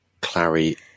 Clary